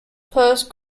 post